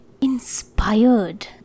inspired